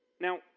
Now